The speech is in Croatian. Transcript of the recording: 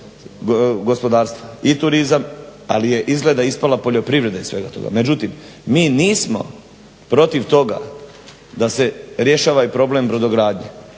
gospodarstva i turizam ali je izgleda ispala poljoprivreda iz svega toga. Međutim mi nismo protiv toga da se rješava i problem brodogradnje.